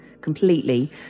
completely